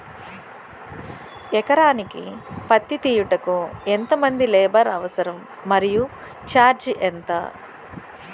ఎకరానికి పత్తి తీయుటకు ఎంత మంది లేబర్ అవసరం? మరియు ఛార్జ్ ఎంత?